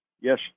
Yes